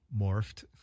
morphed